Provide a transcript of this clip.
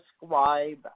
describe